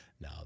Now